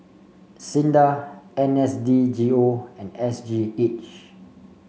SINDA N S D G O and S G H